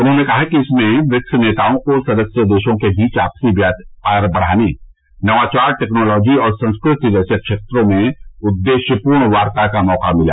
उन्होंने कहा है कि इसमें ब्रिक्स नेताओं को सदस्य देशों के बीच आपसी व्यापार बढ़ाने नवाचार टेक्नोलाजी और संस्कृति जैसे क्षेत्रों में उद्देश्यपूर्ण वार्ता का मौका मिला